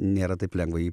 nėra taip lengva jį